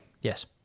Yes